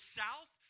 south